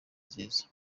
nziza